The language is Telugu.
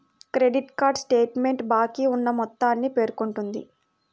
క్రెడిట్ కార్డ్ స్టేట్మెంట్ బాకీ ఉన్న మొత్తాన్ని పేర్కొంటుంది